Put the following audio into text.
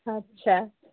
अच्छा